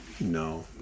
No